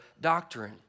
doctrine